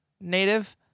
native